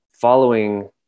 following